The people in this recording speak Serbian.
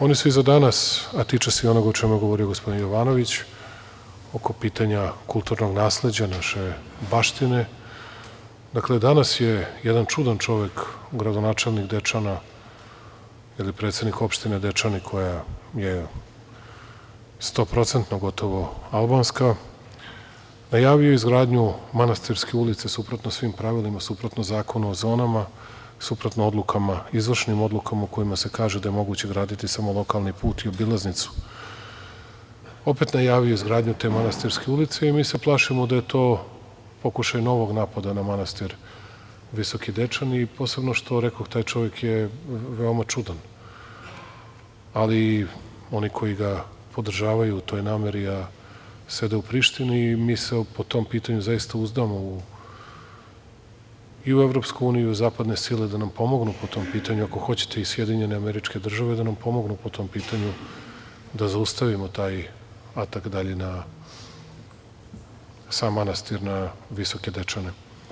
Oni su i za danas, tiče se i onog o čemu je govorio gospodin Jovanović, oko pitanja kulturnog nasleđa, naše baštine, dakle, danas je jedan čudan čovek, gradonačelnik Dečana ili predsednik opštine Dečani koja je 100% gotovo albanska najavio izgradnju manastirske ulice, suprotno svim pravilima, suprotno Zakonu o zonama, suprotno odlukama, izvršnim odlukama u kojima se kaže da je moguće graditi samo lokalni put i obilaznicu, opet najavio izgradnju te manastirske ulice Mi se plašimo da je to pokušaj novog napada na manastir Visoki Dečani i posebno, što rekoh, taj čovek je veoma čudan, ali oni koji ga podržavaju u toj nameri, a sede u Prištini i mi se po tom pitanju, zaista uzdamo, i u EU i zapadne sile da nam pomognu po tom pitanju, ako hoćete i SAD da nam pomognu po tom pitanju da zaustavimo taj atak dalji na sam manastir, na Visoke Dečane.